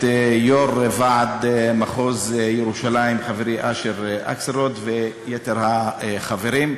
את יו"ר ועד מחוז ירושלים חברי אשר אקסלרוד ואת יתר החברים.